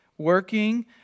working